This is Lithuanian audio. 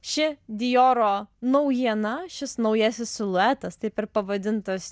ši dioro naujiena šis naujasis siluetas taip ir pavadintas